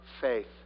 faith